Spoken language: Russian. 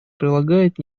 прилагает